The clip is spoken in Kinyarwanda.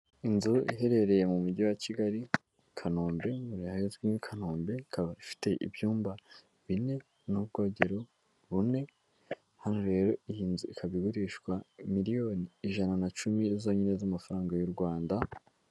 Inzu iherereye mu mujyi wa Kigali Kanombe, ahazwi nk'i Kanombe ikaba ifite ibyumba bine n'ubwogero bune, hano rero iyi nzu ikaba igurishwa miliyoni ijana na cumi zonyine z'amafaranga y'u Rwanda.